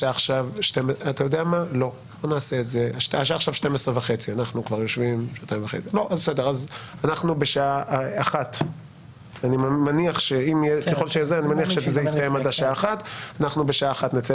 השעה עכשיו 12:30. בשעה 13:00 נצא